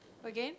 again